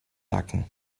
nacken